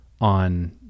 on